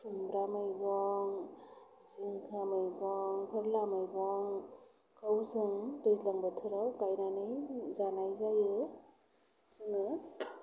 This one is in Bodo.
खुमब्रा मैगं जिंखा मैगं खेरेला मैगं खौ जों दैज्लां बोथोराव गायनानै जानाय जायो जोङो